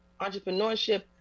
entrepreneurship